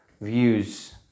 views